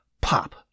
Pop